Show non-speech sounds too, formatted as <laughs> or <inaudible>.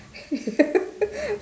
<laughs>